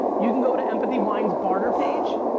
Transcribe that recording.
you can go to empathy wine's barter page,